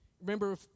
Remember